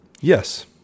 Yes